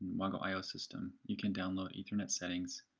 wago i o system, you can download ethernet settings,